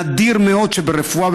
נדיר מאוד שברפואה,